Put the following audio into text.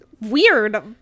weird